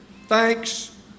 thanks